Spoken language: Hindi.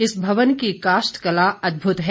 इस भवन की काष्ठ कला अदभुत है